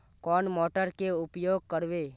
कौन मोटर के उपयोग करवे?